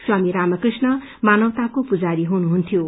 स्वामी रामकृष्ण मानवताको पुजारी हुनुहुन्थ्यो